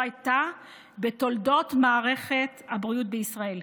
הייתה בתולדות מערכת הבריאות בישראל".